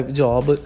job